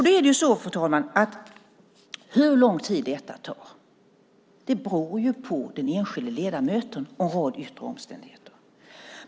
Då är det så, fru talman, att hur lång tid detta tar beror på den enskilde ledamoten och en rad yttre omständigheter.